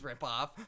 ripoff